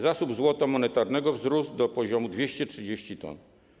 Zasób złota monetarnego wzrósł do poziomu 230 t.